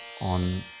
on